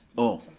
oh,